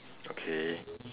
okay